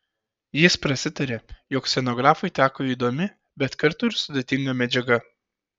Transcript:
jis prasitarė jog scenografui teko įdomi bet kartu ir sudėtinga medžiaga